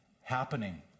happening